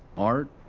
art,